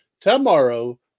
tomorrow